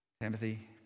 Timothy